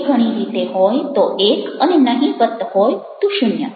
થોડી ઘણી રીતે હોય તો 1 અને નહિવત્ત હોય તો 0